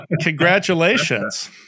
Congratulations